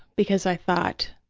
because i thought,